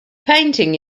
painting